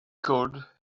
could